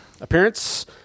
Appearance